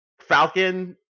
falcon